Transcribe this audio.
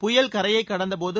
புயல் கரையை கடந்த போது